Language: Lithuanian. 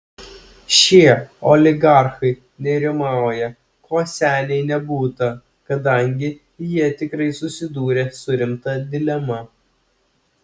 šie oligarchai nerimauja ko seniai nebūta kadangi jie tikrai susidūrė su rimta dilema